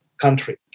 country